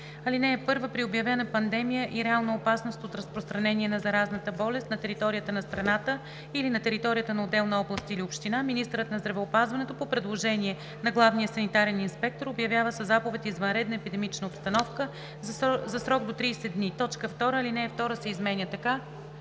така: „(1) При обявена пандемия и реална опасност от разпространение на заразната болест на територията на страната или на територията на отделна област или община, министърът на здравеопазването, по предложение на главния санитарен инспектор, обявява със заповед извънредна епидемична обстановка за срок до 30 дни.“ 2. Алинея 2 се изменя така: